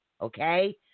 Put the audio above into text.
okay